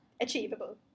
Achievable